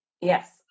Yes